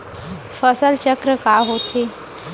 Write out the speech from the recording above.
फसल चक्र का होथे?